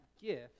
gift